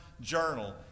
journal